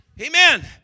Amen